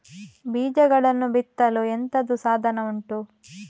ಬೀಜಗಳನ್ನು ಬಿತ್ತಲು ಎಂತದು ಸಾಧನ ಉಂಟು?